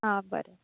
हां बरें